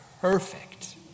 perfect